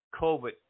COVID